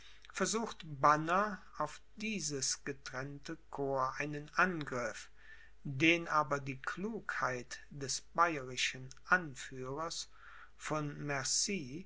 versucht banner auf dieses getrennte corps einen angriff den aber die klugheit des bayerischen anführers von